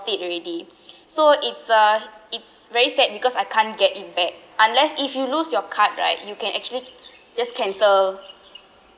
fit already so it's uh it's very sad because I can't get it back unless if you lose your card right you can actually just cancel